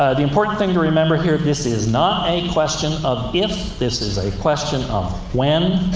the important thing to remember here this is not a question of if, this is a question of when,